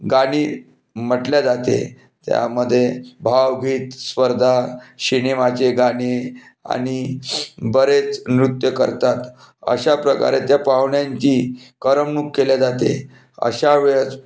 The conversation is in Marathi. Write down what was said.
गाणी म्हटले जाते त्यामध्ये भावगीत स्पर्धा शिनेमाचे गाणे आणि बरेच नृत्य करतात अशा प्रकारे त्या पाहुण्यांची करमणूक केली जाते अशावेळेस